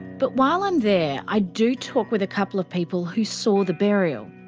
but while i'm there i do talk with a couple of people who saw the burial,